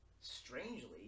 strangely